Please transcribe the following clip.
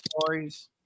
stories